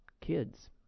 kids